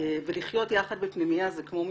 ולחיות יחד בפנימייה זה כמו משפחה,